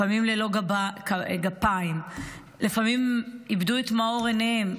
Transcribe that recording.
לפעמים ללא גפיים, לפעמים איבדו את מאור עיניהם.